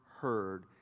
heard